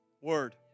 word